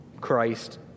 Christ